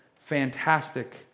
fantastic